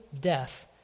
death